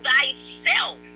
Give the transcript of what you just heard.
thyself